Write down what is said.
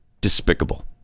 despicable